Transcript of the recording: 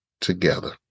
together